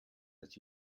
let